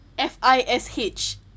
F-I-S-H